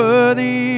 Worthy